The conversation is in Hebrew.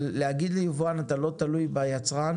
אבל להגיד ליבואן: אתה לא תלוי ביצרן